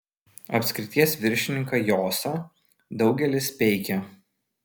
apskrities viršininką josą daugelis peikia